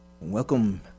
Welcome